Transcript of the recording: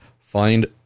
find